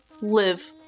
live